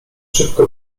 szybko